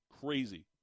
crazy